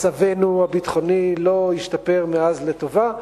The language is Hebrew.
מצבנו הביטחוני מאז לא השתנה לטובה,